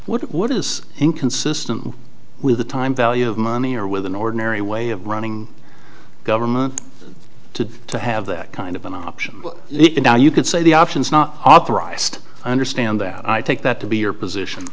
with what is inconsistent with the time value of money or with an ordinary way of running government to to have that kind of an option it now you could say the option is not authorized i understand that i take that to be your position